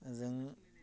जों